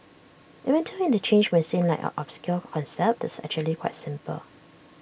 even though interchange might seem like an obscure concept IT is actually quite simple